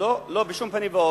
לא, לא, בשום פנים ואופן.